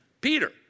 Peter